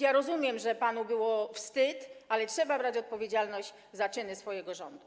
Ja rozumiem, że panu było wstyd, ale trzeba brać odpowiedzialność za czyny swojego rządu.